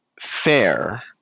fair